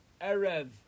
Erev